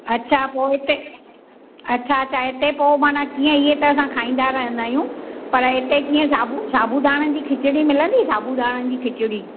अच्छा पोइ हिते अच्छा अच्छा हिते पोइ माना कीअं हीअं त असां खाईंदा रहंदा आहियूं पर हिते कीअं साबू साबूदाणनि जी खिचड़ी मिलंदी साबूदाणनि जी खिचड़ी